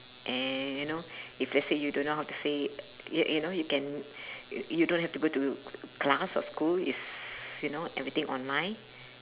and you know if let's say you don't know how to say y~ you know you can y~ you don't have to go to class or school is you know everything online